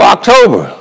October